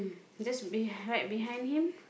just be~ right behind him